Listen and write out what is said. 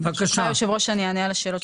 ברשותך, היושב ראש, אני אענה על השאלות.